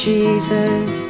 Jesus